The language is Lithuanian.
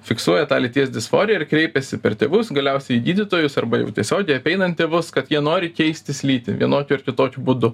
fiksuoja tą lyties disforiją ir kreipiasi per tėvus galiausiai į gydytojus arba jau tiesiogiai apeinant tėvus kad jie nori keistis lytį vienokiu ar kitokiu būdu